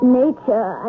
nature